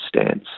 stance